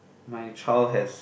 my child has